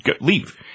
leave